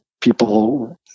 people